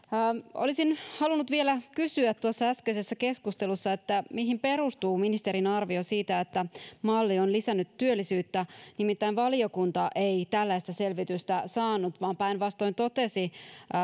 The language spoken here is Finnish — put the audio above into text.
olisin vielä tuossa äskeisessä keskustelussa halunnut kysyä mihin perustuu ministerin arvio siitä että malli on lisännyt työllisyyttä nimittäin valiokunta ei tällaista selvitystä saanut vaan päinvastoin totesi